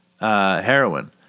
heroin